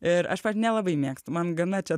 ir aš nelabai mėgstu man gana čia